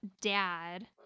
dad